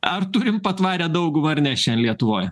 ar turim patvarią daugumą ar ne šian lietuvoj